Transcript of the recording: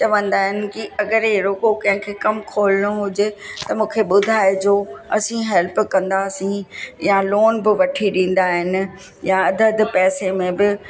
चवंदा आहिनि कि अगरि अहिड़ो को कंहिंखे कमु खोलिणो हुजे त मूंखे ॿुधाइजो असीं हैल्प कंदासीं या लोन बि वठी ॾींदा आहिनि या अधु अधु पैसे में बि